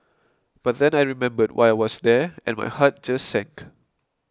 but then I remembered why I was there and my heart just sank